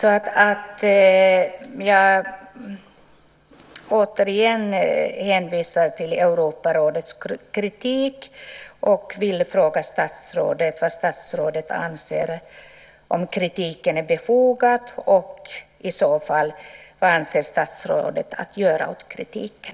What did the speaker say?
Återigen hänvisar jag till Europarådets kritik, och jag vill fråga statsrådet om han anser att kritiken är befogad och vad statsrådet i så fall avser att göra åt kritiken.